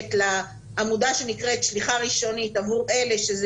מתחלקת לעמודה שנקראת שליחה ראשונית עבור אלה שזה